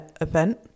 event